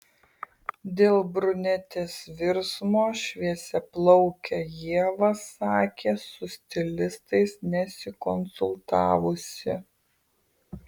dėl brunetės virsmo šviesiaplauke ieva sakė su stilistais nesikonsultavusi